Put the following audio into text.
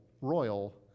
royal